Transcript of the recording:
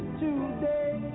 today